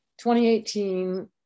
2018